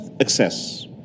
access